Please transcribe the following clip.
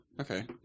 Okay